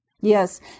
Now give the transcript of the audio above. Yes